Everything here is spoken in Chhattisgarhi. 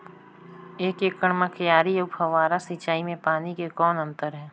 एक एकड़ म क्यारी अउ फव्वारा सिंचाई मे पानी के कौन अंतर हे?